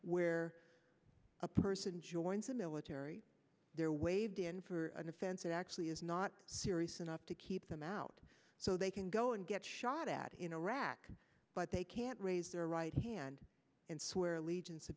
where a person joins the military they're waived in for an offense that actually is not serious enough to keep them out so they can go and get shot at in iraq but they can't raise their right hand and swear allegiance to